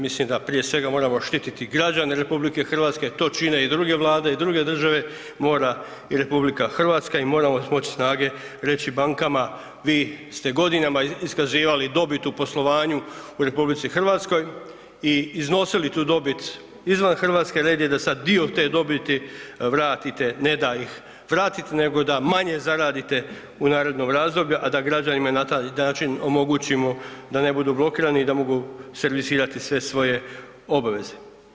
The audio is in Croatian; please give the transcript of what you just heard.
Mislim da prije svega moramo štititi građane RH, to čine i druge vlade i druge države, mora i RH i moramo smoć snage reći bankama, vi ste godinama iskazivali dobit u poslovanju u RH i iznosili tu dobit izvan Hrvatske, red je da sada dio te dobiti vratite ne da ih vratite nego da manje zaradite u narednom razdoblju, a da građanima na taj način omogućimo da ne budu blokirani i da mogu servisirati sve svoje obaveze.